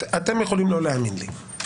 אתם יכולים לא להאמין לי,